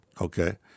okay